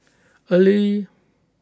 early